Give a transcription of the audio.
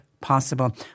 possible